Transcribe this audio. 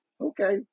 okay